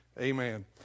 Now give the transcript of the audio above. amen